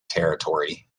territory